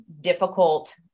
difficult